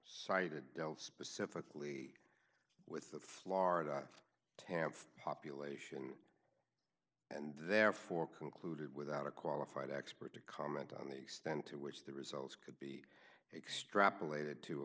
cited specifically the florida tampa population and therefore concluded without a qualified expert to comment on the extent to which the results could be extrapolated to a